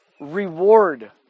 reward